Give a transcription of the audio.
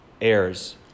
heirs